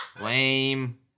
Lame